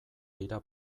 dira